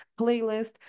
playlist